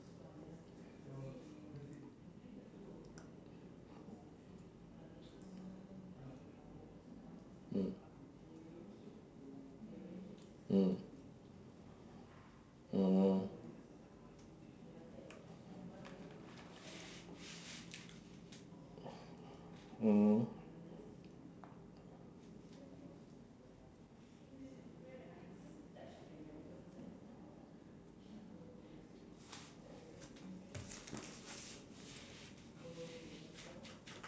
mm mm oh mmhmm